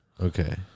Okay